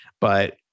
But-